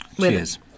Cheers